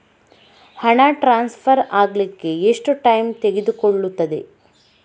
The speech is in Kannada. ಹಣ ಟ್ರಾನ್ಸ್ಫರ್ ಅಗ್ಲಿಕ್ಕೆ ಎಷ್ಟು ಟೈಮ್ ತೆಗೆದುಕೊಳ್ಳುತ್ತದೆ?